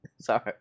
Sorry